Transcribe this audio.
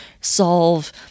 solve